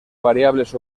variables